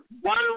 one